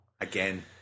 Again